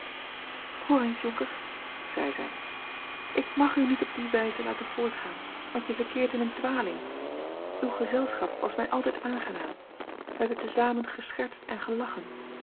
onker zeî zij ik mag u niet op die wijze laten voortgaan want je verkeert in een dwaling uw gezelschap was mij altijd aangenaam wij hebben te zamen geschertst en gelachen